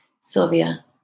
Sylvia